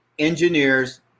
engineers